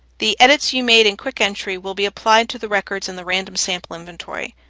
the edits you made in quick entry will be applied to the records in the random sample inventory.